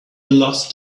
lost